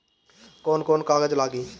कौन कौन कागज लागी?